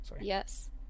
Yes